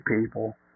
people